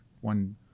one